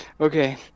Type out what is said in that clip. Okay